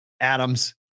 Adams